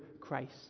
Christ